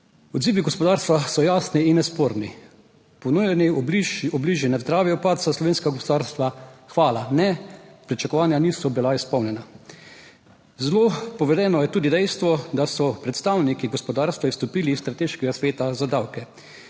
Odzivi gospodarstva so jasni in nesporni, ponujeni obliže ne zdravijo padca slovenskega gospodarstva, hvala ne, pričakovanja niso bila izpolnjena. Zelo povedeno je tudi dejstvo, da so predstavniki gospodarstva izstopili iz strateškega sveta za davke.